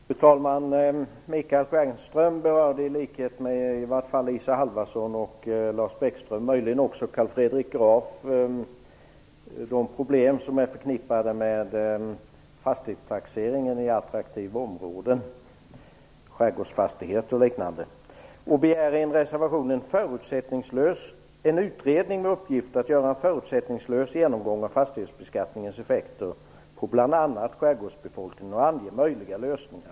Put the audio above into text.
Fru talman! Michael Stjernström berörde i likhet med Isa Halvarsson och Lars Bäckström, och möjligen också Carl Fredrik Graf, de problem som är förknippade med fastighetstaxeringen i attraktiva områden, dvs. skärgårdsfastigheter och liknande. Han begär i en reservation en utredning med uppgift att göra en förutsättningslös genomgång av fastighetsbeskattningens effekter på bl.a. skärgårdsbefolkningen och ange möjliga lösningar.